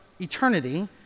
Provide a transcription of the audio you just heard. eternity